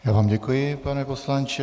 Já vám děkuji, pane poslanče.